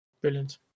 Brilliant